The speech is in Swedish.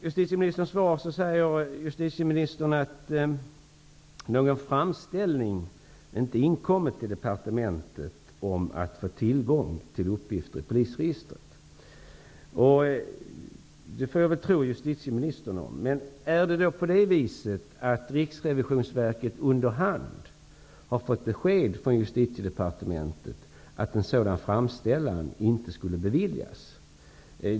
Justitieministern säger i sitt svar att någon framställning om att få tillgång till uppgifter i polisregistret inte har inkommit till departementet. Jag får väl tro på justitieministern. Men är det så, att Riksrevisionsverket under hand har fått besked från Justitiedepartementet om att en sådan framställan inte skulle komma att beviljas?